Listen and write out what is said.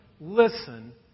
listen